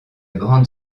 grande